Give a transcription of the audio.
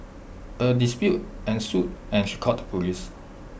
A dispute ensued and she called the Police